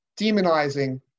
demonizing